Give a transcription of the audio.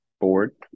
board